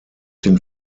den